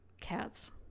cats